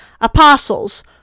Apostles